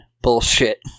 bullshit